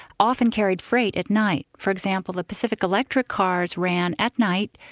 often carried freight at night. for example, the pacific electric cars ran at night,